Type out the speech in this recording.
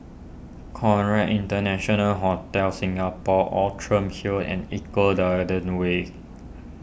Conrad International Hotel Singapore Outram Hill and Eco Garden Way